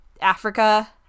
Africa